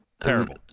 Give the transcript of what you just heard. Terrible